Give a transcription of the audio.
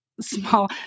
small